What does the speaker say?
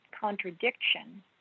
contradiction